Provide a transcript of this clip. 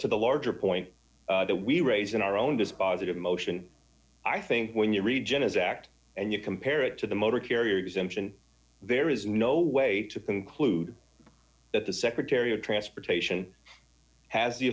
to the larger point that we raised in our own dispositive emotion i think when you read jenna's act and you compare it to the motor carrier exemption there is no way to conclude that the secretary of transportation has the